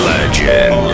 Legend